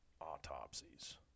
autopsies